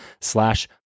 slash